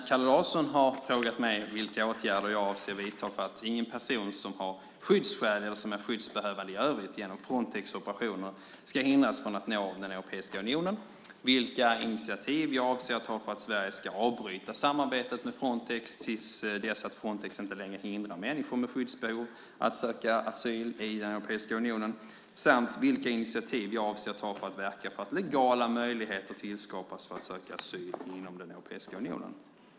Kalle Larsson har frågat mig vilka åtgärder jag avser att vidta för att ingen person som har skyddsskäl eller som är skyddsbehövande i övrigt genom Frontex operationer ska hindras från att nå Europeiska unionen, vilka initiativ jag avser att ta för att Sverige ska avbryta samarbetet med Frontex till dess att Frontex inte längre hindrar människor med skyddsbehov att söka asyl i Europeiska unionen samt vilka initiativ jag avser att ta för att verka för att legala möjligheter tillskapas för att söka asyl inom Europeiska unionen.